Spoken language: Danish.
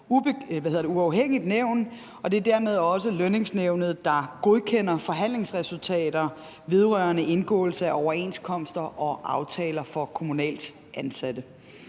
uafhængigt nævn, og det er dermed også lønningsnævnet, der godkender forhandlingsresultater vedrørende indgåelse af overenskomster og aftaler for kommunalt ansatte.